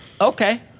Okay